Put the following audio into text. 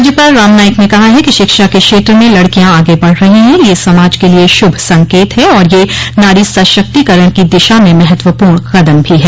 राज्यपाल राम नाईक ने कहा है कि शिक्षा के क्षेत्र में लड़कियां आगे बढ़ रही है यह समाज के लिये शुभ संकेत है और यह यह नारी सशक्तिकरण की दिशा में महत्वपूर्ण कदम भी है